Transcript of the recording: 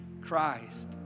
Christ